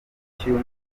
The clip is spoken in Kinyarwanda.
cy’uyu